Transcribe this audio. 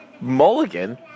mulligan